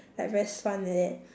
like very suan like that